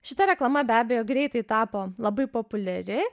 šita reklama be abejo greitai tapo labai populiari